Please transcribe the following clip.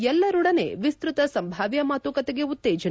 ಎಲ್ಲರೊಡನೆ ವಿಸ್ತತ ಸಂಭಾವ್ಲ ಮಾತುಕತೆಗೆ ಉತ್ತೇಜನ